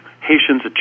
Haitians